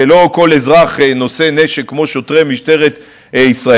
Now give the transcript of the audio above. ולא כל אזרח נושא נשק כמו שוטרי משטרת ישראל,